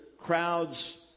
crowds